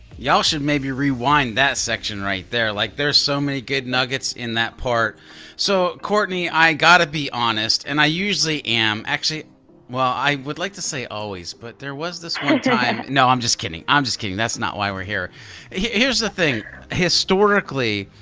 y'all should maybe rewind that section right there like there's so many good nuggets in that part so courtney, i gotta be honest, and i usually am actually well i would like to say always but there was this one time. no, i'm just kidding. i'm just kidding. that's not why we're here here's the thing historically,